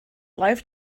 life